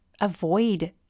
avoid